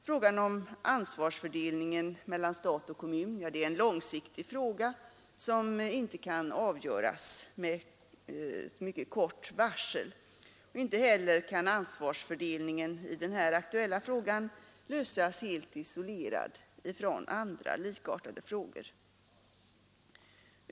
Frågan om ansvarsfördelningen mellan stat och kommun är en långsiktig fråga som inte kan avgöras med ett mycket kort varsel, och inte heller kan ansvarsfördelningen i den här aktuella frågan lösas helt isolerad från andra likartade frågor.